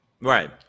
Right